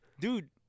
Dude